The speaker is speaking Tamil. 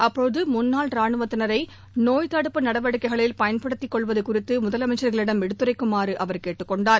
ப்போதுமுன்னாள் ராணுவத்தினரைநோய் தடுப்பு நடவடிக்கைகளில் பயன்படுத்திக் கொள்வதுகுறித்துமுதலமைச்சர்களிடம் எடுத்துரைக்குமாறுஅவர் கேட்டுக்கொண்டார்